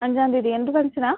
അഞ്ചാം തീതി എന്ത് ഫംക്ഷനാണ്